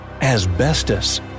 asbestos